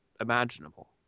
imaginable